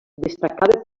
destacava